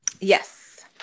Yes